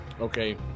Okay